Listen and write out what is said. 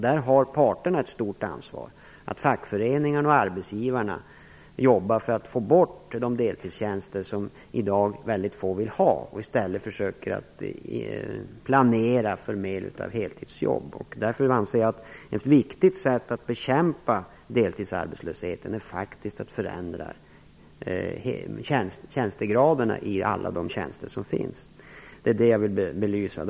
Där har parterna, fackföreningarna och arbetsgivarna, ett stort ansvar att arbeta för att ta bort de deltidstjänster som väldigt få vill ha i dag och i stället planera för mera av heltidsjobb. Ett viktigt sätt att bekämpa deltidsarbetslösheten är faktiskt att förändra tjänstgöringsgraderna i alla de tjänster som finns. Det är det jag vill belysa.